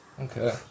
Okay